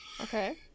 okay